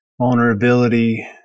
Vulnerability